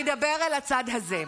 אני אדבר אל הצד הזה,